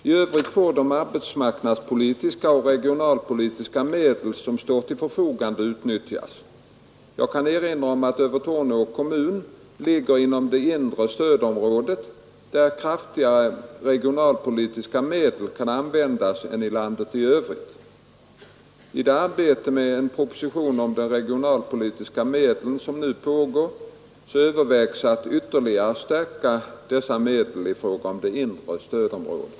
I övrigt får de arbetsmarknadspolitiska och regionalpolitiska medel som står till buds utnyttjas. Jag kan erinra om att Övertorneå kommun ligger inom det inre stödområdet där kraftigare regionalpolitiska medel kan användas än i övriga landet. I det arbete med en proposition om de regionalpolitiska medlen som nu pågår övervägs att ytterligare stärka dessa medel i fråga om det inre stödområdet.